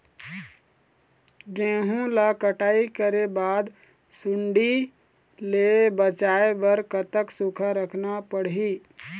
गेहूं ला कटाई करे बाद सुण्डी ले बचाए बर कतक सूखा रखना पड़ही?